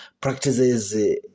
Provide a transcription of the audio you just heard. practices